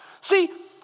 See